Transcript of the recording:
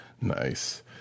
Nice